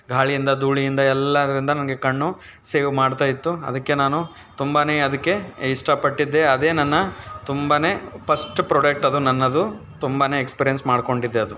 ಗಾಳಿಯಿಂದ ಧೂಳಿನಿಂದ ಎಲ್ಲಾದ್ರಿಂದ ನನಗೆ ಕಣ್ಣು ಸೇವ್ ಮಾಡ್ತಾ ಇತ್ತು ಅದಕ್ಕೆ ನಾನು ತುಂಬಾ ಅದಕ್ಕೆ ಇಷ್ಟಪಟ್ಟಿದ್ದೆ ಅದೇ ನನ್ನ ತುಂಬ ಪಸ್ಟ್ ಪ್ರೊಡಕ್ಟ್ ಅದು ನನ್ನದು ತುಂಬಾ ಎಕ್ಸ್ಪೀರಿಯನ್ಸ್ ಮಾಡ್ಕೊಂಡಿದ್ದೆ ಅದು